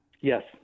Yes